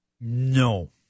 No